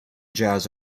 jazz